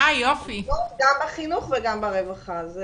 גם בחינוך וגם ברווחה.